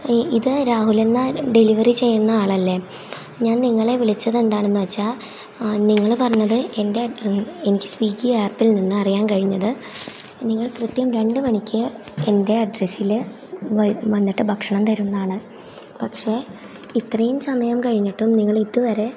ഇത് രാഹുലെന്ന ഡെലിവറി ചെയ്യുന്ന ആളല്ലേ ഞാൻ നിങ്ങളെ വിളിച്ചത് എന്താണെന്ന് വെച്ചാൽ നിങ്ങൾ പറഞ്ഞത് എൻ്റെ എനിക്ക് സ്വിഗ്ഗി ആപ്പിൽ നിന്ന് അറിയാൻ കഴിഞ്ഞത് നിങ്ങൾ കൃത്യം രണ്ടുമണിക്ക് എൻ്റെ അഡ്രസ്സിൽ വ വന്നിട്ട് ഭക്ഷണം തരുംന്നാണ് പക്ഷേ ഇത്രയും സമയം കഴിഞ്ഞിട്ടും നിങ്ങൾ ഇതുവരെ